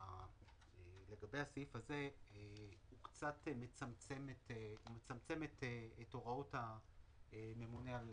הסעיף הזה קצת מצמצם את הוראות הממונה על